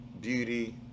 beauty